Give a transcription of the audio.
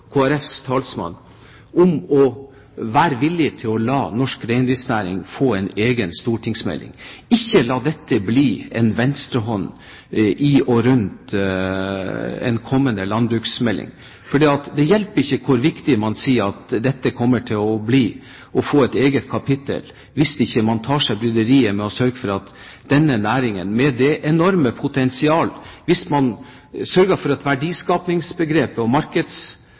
Folkepartis talsmann, at man må være villig til å la norsk reindriftsnæring få en egen stortingsmelding. Ikke la dette bli et venstrehåndsarbeid i og rundt en kommende landbruksmelding. Det hjelper ikke hvor viktig man sier at det å få et eget kapittel kommer til å bli, hvis man ikke tar seg bryderiet med å sørge for at verdiskapingsbegrepet og markedsarbeidet får en helt annen og større dimensjon for denne næringen, med sitt enorme potensial. Da vil man